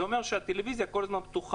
זה אומר שהטלוויזיה כל הזמן פתוחה,